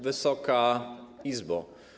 Wysoka Izbo!